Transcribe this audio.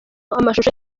amashusho